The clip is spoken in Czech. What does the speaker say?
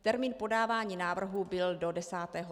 Termín podávání návrhů byl do 10.